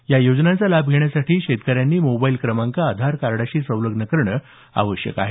या योजनांचा लाभ घेण्यासाठी शेतकऱ्यांनी मोबाईल क्रमांक आधार कार्डशी संलग्न करणं आवश्यक आहे